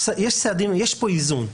פה איזון.